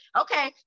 okay